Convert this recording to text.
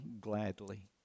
gladly